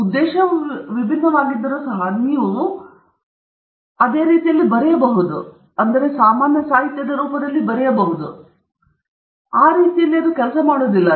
ಉದ್ದೇಶವು ಭಿನ್ನವಾಗಿದ್ದರೂ ಸಹ ನೀವು ಇರಬಹುದು ಎಂದು ಭಾವಿಸಬಹುದು ನೀವು ಇನ್ನೂ ಅದೇ ರೀತಿಯಲ್ಲಿ ಬರೆಯಬಹುದು ಅದು ಆ ರೀತಿಯಲ್ಲಿ ಕೆಲಸ ಮಾಡುವುದಿಲ್ಲ